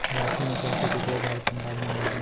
झारसीम नसल के कुकरा झारखंड राज म मिलथे